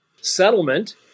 settlement